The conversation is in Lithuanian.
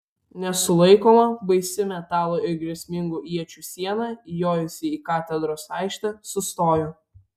nesulaikoma baisi metalo ir grėsmingų iečių siena įjojusi į katedros aikštę sustojo